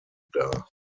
dar